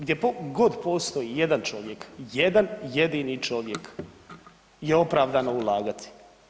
Gdje god postoji jedan čovjek, jedan jedini čovjek je opravdano ulagati.